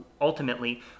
ultimately